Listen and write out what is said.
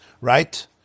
Right